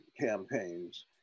campaigns